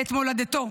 את מולדתו.